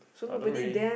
I don't really